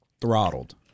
throttled